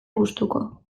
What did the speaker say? gustuko